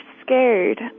scared